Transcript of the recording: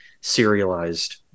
serialized